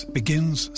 begins